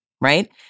right